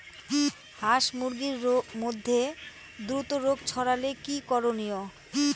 হাস মুরগির মধ্যে দ্রুত রোগ ছড়ালে কি করণীয়?